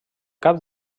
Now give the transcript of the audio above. cap